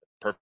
perfect